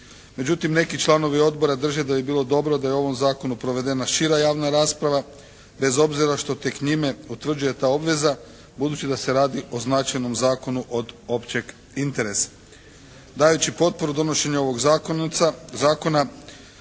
Međutim neki članovi odbora drže da bi bilo dobro da je o ovom zakonu provedena šira javna rasprava, bez obzira što tek njime utvrđuje ta obveza, budući da se radi o značajnom zakonu od općeg interesa. Dajući potporu donošenju ovog zakona